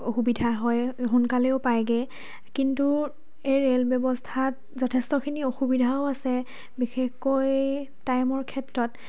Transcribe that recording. সুবিধা হয় সোনকালেও পায়গে কিন্তু এই ৰে'ল ব্যৱস্থাত যথেষ্টখিনি অসুবিধাও আছে বিশেষকৈ টাইমৰ ক্ষেত্ৰত